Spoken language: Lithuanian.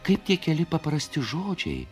kaip tie keli paprasti žodžiai